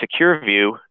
SecureView